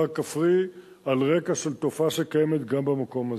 הכפרי על רקע של תופעה שקיימת גם במקום הזה.